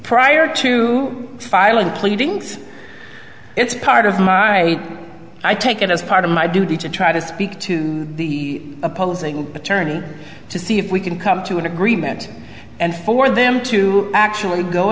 prior to filing pleadings it's part of my i take it as part of my duty to try to speak to the opposing attorney to see if we can come to an agreement and for them to actually go